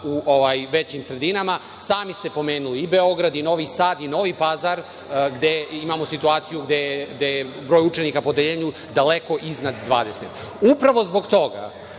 u većim sredinama. Sami ste pomenuli Beograd, Novi Sad i Novi Pazar, gde imamo situaciju da je broj učenika po odeljenju daleko iznad 20.Upravo zbog toga